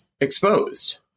exposed